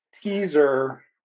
teaser